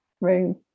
room